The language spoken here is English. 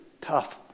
tough